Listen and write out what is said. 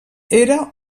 era